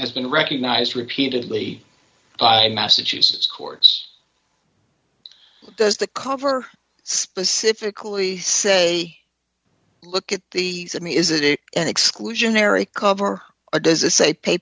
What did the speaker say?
has been recognized repeatedly by massachusetts courts does the cover specifically say look at the i mean is it a an exclusionary cover or does it say pay